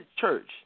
church